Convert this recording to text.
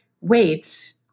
wait